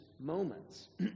moments